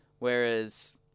Whereas